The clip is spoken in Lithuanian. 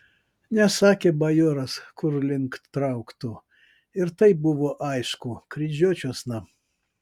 nesakė bajoras kur link trauktų ir taip buvo aišku kryžiuočiuosna